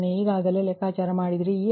03 degree ಗೆ ಸಮನಾಗಿರುತ್ತದೆ